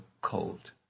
cold